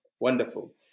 Wonderful